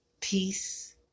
Peace